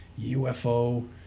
UFO